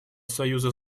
союза